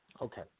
Okay